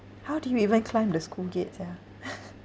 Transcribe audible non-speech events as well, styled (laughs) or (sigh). how do you even climb the school gates ah (laughs)